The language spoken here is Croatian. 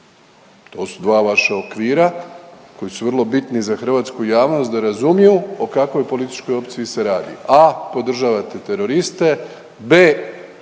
To su dva vaša okvira koji su vrlo bitni za hrvatsku javnost da razumiju o kakvoj političkoj opciji se radi, a. podržavate teroriste, b.